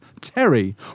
Terry